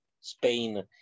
Spain